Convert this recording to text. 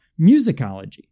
musicology